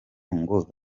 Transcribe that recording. ngo